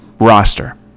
roster